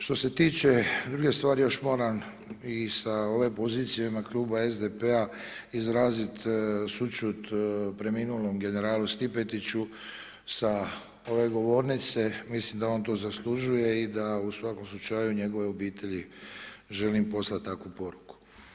Što se tiče druge stvari, još moram i sa ove pozicije Kluba SDP-a izraziti sućut preminulom generalu Stipetiću sa ove govornice, mislim da on to zaslužuje i u svakom slučaju, njegovoj obitelji želim poslati takvu poruku.